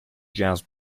jazz